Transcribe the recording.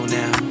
now